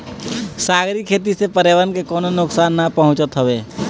सागरी खेती से पर्यावरण के कवनो नुकसान ना पहुँचत हवे